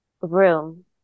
room